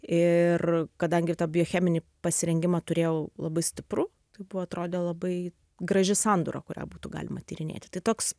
ir kadangi tą biocheminį pasirengimą turėjau labai stiprų tai buvo atrodė labai graži sandūra kurią būtų galima tyrinėti tai toks